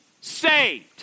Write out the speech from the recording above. saved